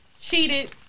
cheated